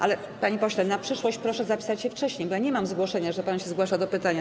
Ale, panie pośle, na przyszłość proszę zapisać się wcześniej, bo ja nie mam zgłoszenia, że pan się zgłasza do pytania.